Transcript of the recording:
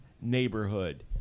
neighborhood